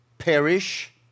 Perish